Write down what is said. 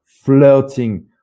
flirting